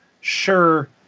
sure